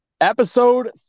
Episode